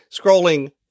scrolling